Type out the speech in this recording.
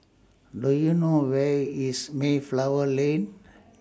Do YOU know Where IS Mayflower Lane